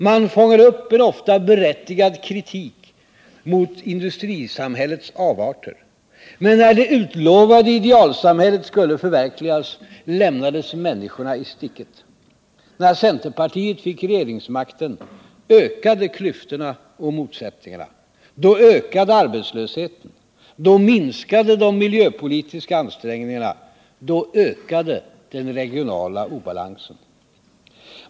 Man fångade upp en ofta berättigad kritik mot industrisamhällets avarter. Men när det utlovade idealsamhället skulle förverkligas, lämnades människorna i sticket. När centerpartiet fick regeringsmakten ökade klyftorna och motsättningarna, då ökade arbetslösheten, då minskade de miljöpolitiska ansträngningarna, då ökade den regionala obalansen.